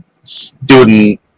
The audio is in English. student